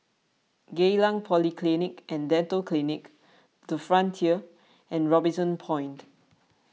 Geylang Polyclinic and Dental Clinic the Frontier and Robinson Point